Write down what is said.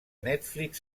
netflix